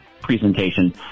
presentation